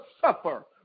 suffer